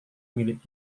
milik